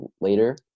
later